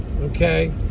okay